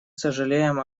сожалеем